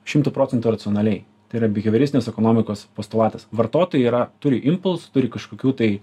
šimtu procentų racionaliai tai yra bihevioristinės ekonomikos postulatas vartotojai yra turi impulsų turi kažkokių tai